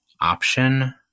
option